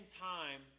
time